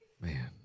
Man